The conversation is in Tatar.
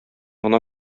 гына